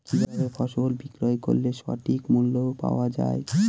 কি ভাবে ফসল বিক্রয় করলে সঠিক মূল্য পাওয়া য়ায়?